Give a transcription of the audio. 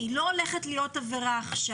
היא לא הולכת להיות עבירה עכשיו.